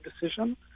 decision